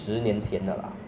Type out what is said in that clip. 没有卖了所以